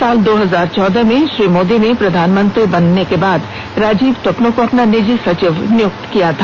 साल दो हजार चौदह में श्री मोदी ने प्रधानमंत्री बनने के बाद राजीव टोपनो को अपना निजी सचिव नियुक्त किया था